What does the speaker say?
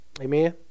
Amen